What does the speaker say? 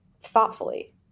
thoughtfully